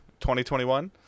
2021